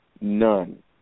None